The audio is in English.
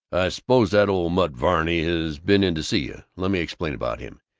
suppose that old nut varney has been in to see you. let me explain about him.